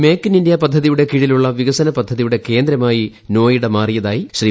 make in India പദ്ധതിയുടെ കീഴിലുള്ള വികസന പദ്ധതിയുടെ കേന്ദ്രമായി നോയിഡ മാറിയതായി ശ്രീ